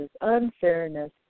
unfairness